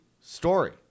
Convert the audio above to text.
story